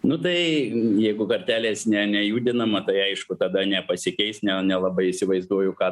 nu tai jeigu kartelės ne nejudinama tai aišku tada nepasikeis ne nelabai įsivaizduoju ką